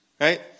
right